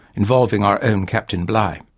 involving our own captain bligh.